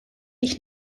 ich